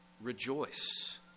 rejoice